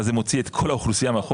ואז זה מוציא את כל האוכלוסייה מהחוק.